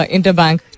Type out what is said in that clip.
Interbank